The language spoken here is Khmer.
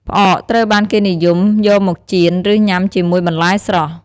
ផ្អកត្រូវបានគេនិយមយកមកចៀន ឬញ៉ាំជាមួយបន្លែស្រស់។